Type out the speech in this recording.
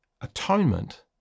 atonement